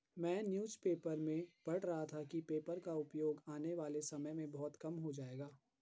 मैं newspaper में पढ़ रहा था कि पेपर का उपयोग आने वाले समय में बहुत कम हो जाएगा